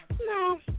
no